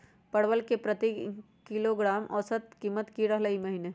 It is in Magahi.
परवल के प्रति किलोग्राम औसत कीमत की रहलई र ई महीने?